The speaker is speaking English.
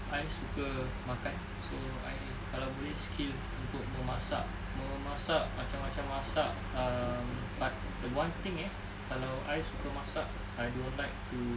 I suka makan so I kalau boleh skill untuk memasak memasak macam-macam masak um but one thing eh kalau I suka masak I don't like to